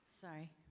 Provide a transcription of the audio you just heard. Sorry